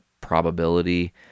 probability